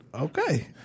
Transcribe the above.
Okay